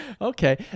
Okay